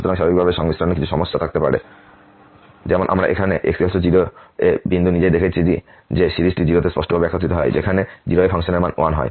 সুতরাং স্বাভাবিকভাবেই সংমিশ্রণে কিছু সমস্যা থাকতে হবে যেমন আমরা এখানে এই x 0 এ বিন্দুতে নিজেই দেখেছি যে সিরিজটি 0 তে স্পষ্টভাবে একত্রিত হয় যেখানে 0 এ ফাংশনের মান 1 হয়